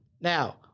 Now